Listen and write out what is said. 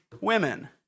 women